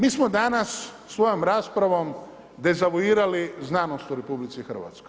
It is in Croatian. Mi smo danas svojom raspravom dezavuirali znanost u RH.